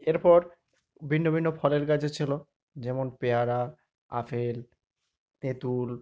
এরপর ভিন্ন ভিন্ন ফলের গাছও ছিলো যেমন পেয়ারা আপেল তেঁতুল